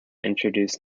introduce